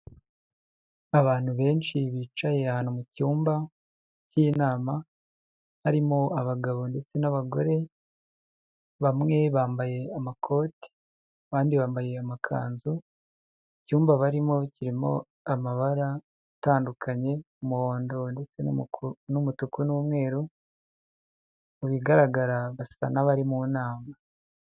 Abantu benshi bicaye ahantu mu cyumba cy'inama harimo abagabo ndetse n'abagore bamwe bambaye amakoti, abandi bambaye amakanzu, icyumba barimo kirimo amabara atandukanye umuhondo ndetse n'umutuku n'umweru mu bigaragara basa nk'abari mu nama.